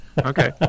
Okay